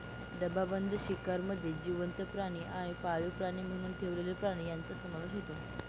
डबाबंद शिकारमध्ये जिवंत प्राणी आणि पाळीव प्राणी म्हणून ठेवलेले प्राणी यांचा समावेश होतो